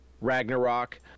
Ragnarok